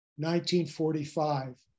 1945